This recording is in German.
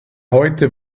heute